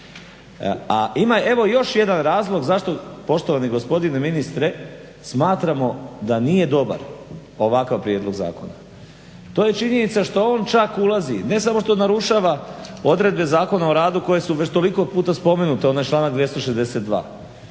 A ima evo još jedan razlog zašto poštovani gospodine ministre smatramo da nije dobar ovakav prijedlog zakona. To je činjenica što on čak ulazi, ne samo što narušava odredbe Zakona o radu koje su već toliko puta spomenute onaj članak 262.